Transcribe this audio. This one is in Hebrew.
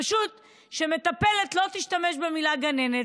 פשוט שמטפלת לא תשתמש במילה "גננת".